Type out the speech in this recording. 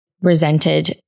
resented